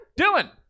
dylan